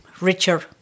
richer